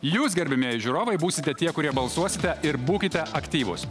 jūs gerbiamieji žiūrovai būsite tie kurie balsuosite ir būkite aktyvūs